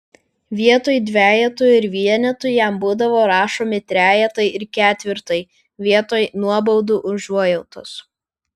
vietoj dvejetų ir vienetų jam būdavo rašomi trejetai ir ketvirtai vietoj nuobaudų užuojautos